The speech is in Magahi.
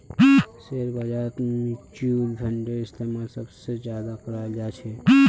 शेयर बाजारत मुच्युल फंडेर इस्तेमाल सबसे ज्यादा कराल जा छे